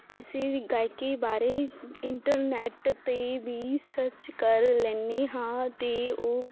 ਅਸੀਂ ਵੀ ਗਾਇਕੀ ਬਾਰੇ ਇੰਟਰਨੈਟ 'ਤੇ ਵੀ ਸਰਚ ਕਰ ਲੈਂਦੀ ਹਾਂ ਅਤੇ ਉਹ